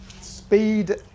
speed